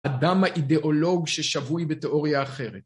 אדם האידיאולוג ששווי בתיאוריה אחרת.